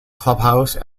clubhouse